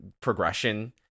progression